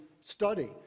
study